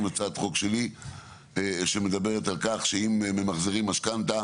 הצעת חוק שלי שמדברת על כך שאם ממחזרים משכנתה